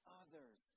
others